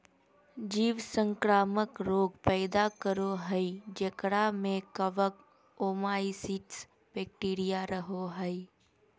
जीव संक्रामक रोग पैदा करो हइ जेकरा में कवक, ओमाइसीट्स, बैक्टीरिया रहो हइ